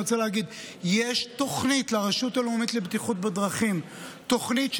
ואני רוצה להגיד: יש לרשות הלאומית לבטיחות בדרכים תוכנית,